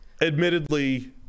admittedly